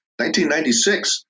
1996